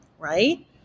right